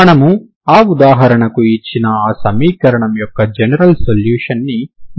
మనము ఆ ఉదాహరణకి ఇచ్చిన ఆ సమీకరణం యొక్క జనరల్ సొల్యూషన్ ని మనము కనుగొనగలము